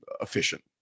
efficient